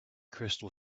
crystal